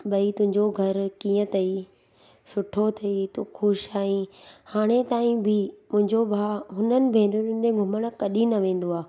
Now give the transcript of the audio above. भाई तुंहिंजो घरु कीअं अथई सुठो अथई तूं ख़ुशि आहीं हाणे ताईं बि मुंहिंजो भाउ हुननि भेनरुनि ॾे घुमण कॾहिं न वेंदो आहे